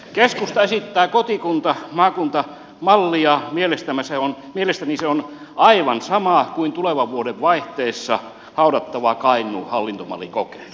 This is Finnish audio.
keskusta esittää kotikuntamaakunta mallia mielestäni se on aivan sama kuin tulevan vuoden vaihteessa haudattava kainuun hallintomallikokeilu